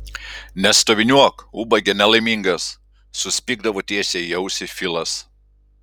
nestoviniuok ubage nelaimingas suspigdavo tiesiai į ausį filas